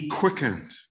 quickened